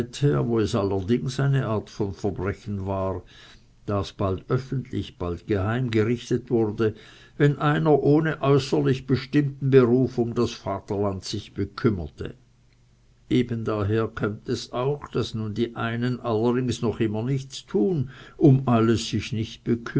allerdings eine art von verbrechen war das bald öffentlich bald geheim gerichtet würde wenn einer ohne äußerlich bestimmten beruf um das vaterland sich bekümmerte eben daher kömmt es auch daß nun die einen allerdings noch immer nichts tun um alles sich nicht